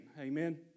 Amen